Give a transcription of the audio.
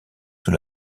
sous